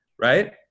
right